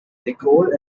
nicole